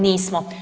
Nismo.